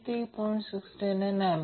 69A V020I2110